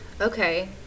okay